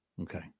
Okay